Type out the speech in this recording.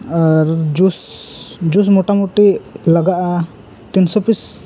ᱟᱨ juice juice ᱢᱚᱴᱟ ᱢᱚᱴᱤ ᱞᱟᱜᱟᱜᱼᱟ ᱛᱤᱱ ᱥᱚ ᱯᱤᱥ